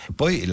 poi